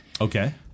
Okay